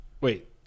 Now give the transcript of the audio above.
Wait